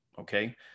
okay